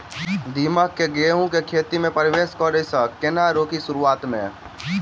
दीमक केँ गेंहूँ केँ खेती मे परवेश करै सँ केना रोकि शुरुआत में?